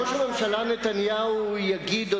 השאלה היא אם ראש הממשלה נתניהו יגיד או